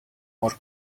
more